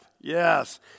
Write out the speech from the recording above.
Yes